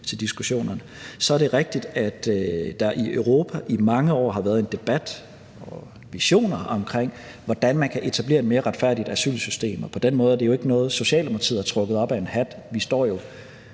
til diskussionen. Så er det rigtigt, at der i Europa i mange år har været en debat og visioner om, hvordan man kan etablere et mere retfærdigt asylsystem. Og på den måde er det jo ikke noget Socialdemokratiet har trukket op af en hat. Vi står jo